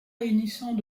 réunissant